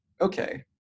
okay